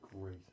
Great